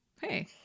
hey